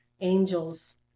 angels